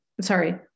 sorry